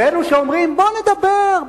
ואלו שאומרים: בוא נדבר,